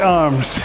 arms